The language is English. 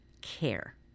care